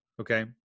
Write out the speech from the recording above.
Okay